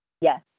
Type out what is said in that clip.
Yes